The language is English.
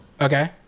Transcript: okay